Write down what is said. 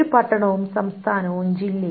ഒരു പട്ടണവും സംസ്ഥാനവും ജില്ലയും